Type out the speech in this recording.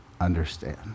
understand